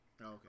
okay